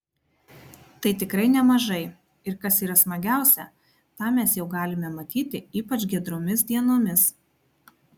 tai tikrai nemažai ir kas yra smagiausia tą mes jau galime matyti ypač giedromis dienomis